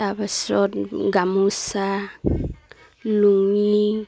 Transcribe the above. তাৰপাছত গামোচা লুঙি